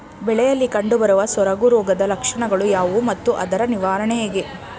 ಬೆಳೆಯಲ್ಲಿ ಕಂಡುಬರುವ ಸೊರಗು ರೋಗದ ಲಕ್ಷಣಗಳು ಯಾವುವು ಮತ್ತು ಅದರ ನಿವಾರಣೆ ಹೇಗೆ?